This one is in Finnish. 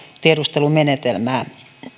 tiedustelumenetelmää